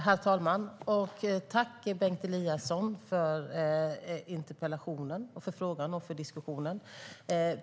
Herr talman! Tack, Bengt Eliasson, för interpellationen, för frågan i den och för diskussionen!